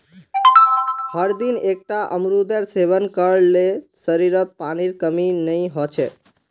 हरदिन एकता अमरूदेर सेवन कर ल शरीरत पानीर कमी नई ह छेक